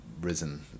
risen